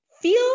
Feel